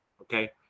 okay